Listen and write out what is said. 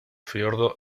fiordo